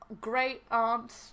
great-aunt